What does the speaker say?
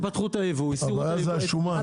הבעיה זה השומן.